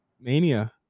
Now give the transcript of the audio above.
Mania